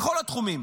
בכל התחומים.